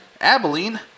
Abilene